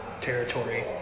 territory